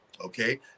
Okay